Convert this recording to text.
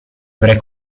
avrai